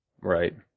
Right